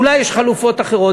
אולי יש חלופות אחרות.